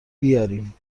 بیارین